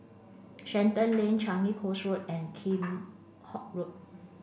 Shenton Lane Changi Coast Road and Kheam Hock Road